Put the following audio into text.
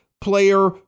player